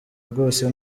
rwose